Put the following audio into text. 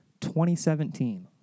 2017